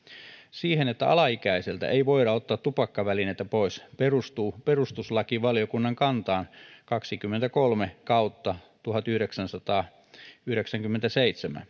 se että alaikäiseltä ei voida ottaa tupakkavälineitä pois perustuu perustuslakivaliokunnan kantaan lausunnossaan kaksikymmentäkolme kautta tuhatyhdeksänsataayhdeksänkymmentäseitsemän